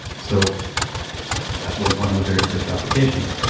so that was one of the very first applications.